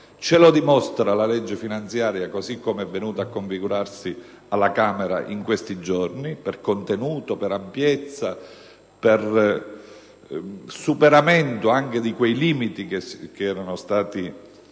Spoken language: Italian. ce lo dimostra la legge finanziaria così com'è venuta a configurarsi alla Camera in questi giorni, per contenuto, ampiezza e per superamento anche di quei limiti che erano stati